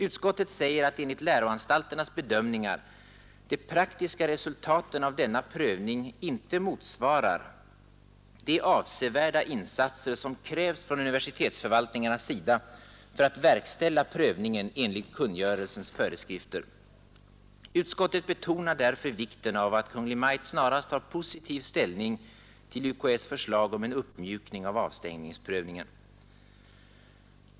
Utskottet säger att enligt läroanstalternas bedömningar de praktiska resultaten av denna prövning inte motsvarar de avsevärda insatser som krävs från universitetsförvaltningarnas sida för att verkställa prövningen enligt kungörelsens föreskrifter. Utskottet betonar därför vikten av att Kungl. Maj:t snarast tar positiv ställning till UKÄ:s förslag om en uppmjukning av avstängningsprövningen.